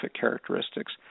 characteristics